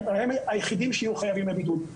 הם היחידים שיהיו חייבים בבידוד.